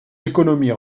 économie